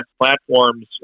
platforms